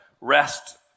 rest